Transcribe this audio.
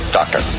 doctor